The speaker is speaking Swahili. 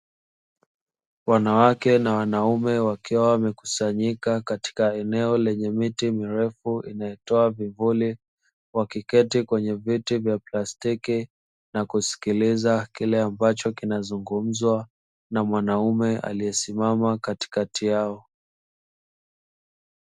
Wanawake na wanaume wakiwa wamekusanyika katika eneo lenye miti mirefu inayotoa vivuli, wakiketi kwenye viti vya plastiki na kusikiliza kile ambacho kinazungumzwa, na mwanaume aliyesimama katikati yao.